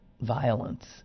violence